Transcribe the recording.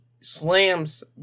slams